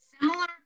Similar